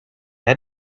had